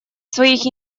своих